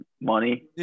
money